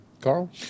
Carl